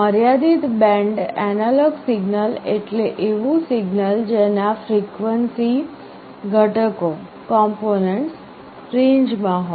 મર્યાદિત band analogue signal એટલે એવું સિગ્નલ જેના ફ્રિકવનસી ઘટકો રેન્જ માં હોય